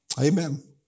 Amen